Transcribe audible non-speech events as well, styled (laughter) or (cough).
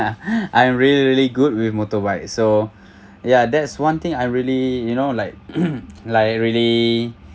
I'm really really good with motorbike so (breath) ya that's one thing I really you know like (coughs) like really